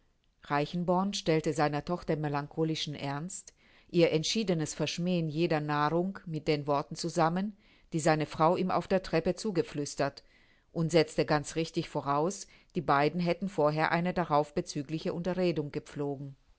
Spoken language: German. reichenborn stellte seiner tochter melancholischen ernst ihr entschiedenes verschmähen jeder nahrung mit den worten zusammen die seine frau ihm auf der treppe zugeflüstert und setzte ganz richtig voraus die beiden hätten vorher eine darauf bezügliche unterredung gepflogen